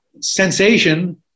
sensation